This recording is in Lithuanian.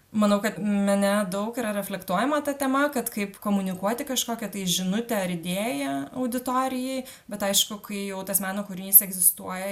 manau kad mene daug yra reflektuojama ta tema kad kaip komunikuoti kažkokią tai žinutę ar idėją auditorijai bet aišku kai jau tas meno kūrinys egzistuoja